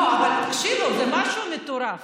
לא, אבל תקשיבו, זה משהו מטורף.